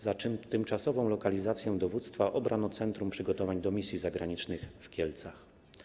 Za tymczasową lokalizację dowództwa obrano Centrum Przygotowań do Misji Zagranicznych w Kielcach.